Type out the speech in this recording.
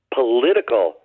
political